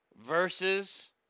Versus